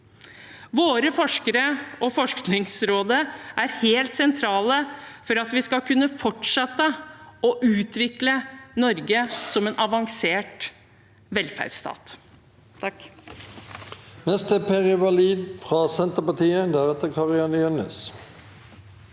Våre forskere og Forskningsrådet er helt sentrale for at vi skal kunne fortsette å utvikle Norge som en avansert velferdsstat.